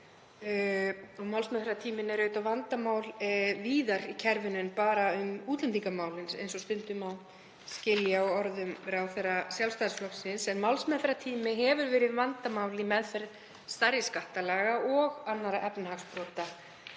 málsmeðferðartíminn er vandamál víðar í kerfinu en bara í útlendingamálum, eins og stundum má skilja á orðum ráðherra Sjálfstæðisflokksins, en málsmeðferðartími hefur verið vandamál í meðferð stærri skattalagabrota og annarra efnahagsbrota.